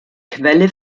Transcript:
quelle